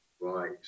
Right